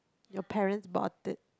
your parents bought it